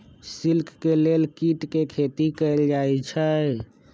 silk के लेल कीट के खेती कएल जाई छई